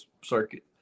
circuit